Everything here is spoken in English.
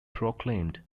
proclaimed